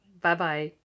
Bye-bye